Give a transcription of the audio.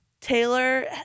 Taylor